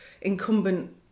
incumbent